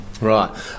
Right